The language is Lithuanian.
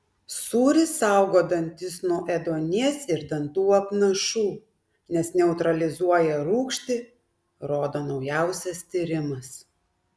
sūris saugo dantis nuo ėduonies ir dantų apnašų nes neutralizuoja rūgštį rodo naujas tyrimas